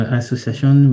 association